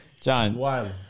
John